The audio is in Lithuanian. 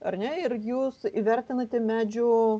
ar ne ir jūs įvertinate medžių